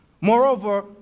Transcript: Moreover